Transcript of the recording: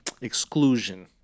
exclusion